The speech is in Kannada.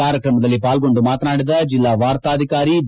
ಕಾರ್ಯಕ್ರಮದಲ್ಲಿ ಪಾಲ್ಗೊಂದು ಮಾತನಾಡಿದ ಜಿಲ್ಲಾ ವಾರ್ತಾಧಿಕಾರಿ ಬಿ